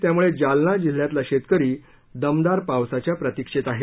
त्यामुळे जालना जिल्ह्यातला शेतकरी दमदार पावसाच्या प्रतिक्षेत आहे